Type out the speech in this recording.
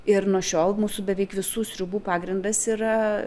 ir nuo šiol mūsų beveik visų sriubų pagrindas yra